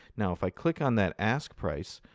now, if i click on that ask price,